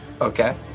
okay